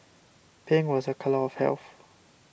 pink was a colour of health